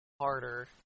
harder